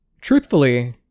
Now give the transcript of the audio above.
truthfully